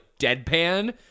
deadpan